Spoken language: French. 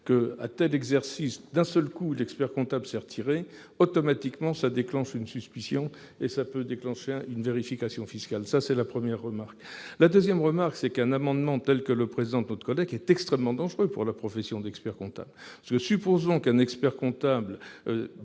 que, à tel exercice, d'un seul coup l'expert-comptable s'est retiré, automatiquement ça déclenche une suspicion et ça peut déclencher une vérification fiscale. C'est la première remarque. Ensuite, un amendement tel que celui que présente notre collègue est extrêmement dangereux pour la profession d'expert-comptable. Supposons qu'un expert-comptable